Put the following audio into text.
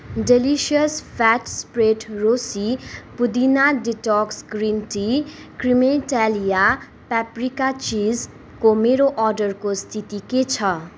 delicious fats प्रेट रोसी पुदिना डिटक्स ग्रिन टी क्रीमेटेलिया प्यापरिका चिसको मेरो अर्डरको स्थिति के छ